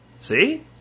See